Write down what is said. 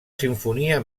simfonia